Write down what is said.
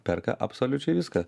perka absoliučiai viską